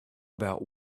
about